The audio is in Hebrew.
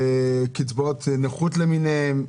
קצבאות נכות למיניהן,